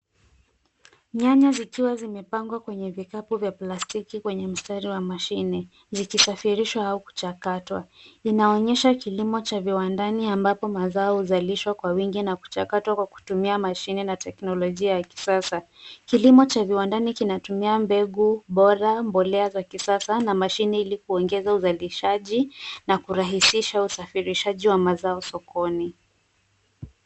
Nyanya zikiwa zimepangwa kwenye vikapu kwenye laini ya mashine zikisafirishwa au kuchakata . Inaonyesha kilimo cha viwandani ambapo mazao huzalishwa kwa wingi na kuchakatwa kutumia mashine ya teknolojia ya kisasa. Hili ni kilimo cha viwandani kinatoa mbegu bora, mbolea ya kisasa na mashine ili kuongeza uzalishaji na kurahisisha usafishaji wa mazao sokoni.